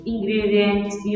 Ingredients